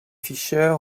fischer